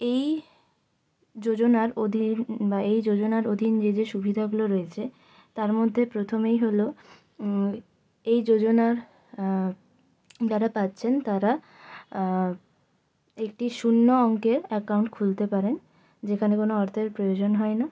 এই যোজনার অধীন বা এই যোজনার অধীন যে যে সুবিধাগুলো রয়েছে তার মধ্যে প্রথমেই হল এই যোজনার যারা পাচ্ছেন তারা একটি শূন্য অঙ্কের অ্যাকাউন্ট খুলতে পারেন যেখানে কোনো অর্থের প্রয়োজন হয় না